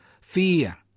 Fear